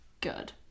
good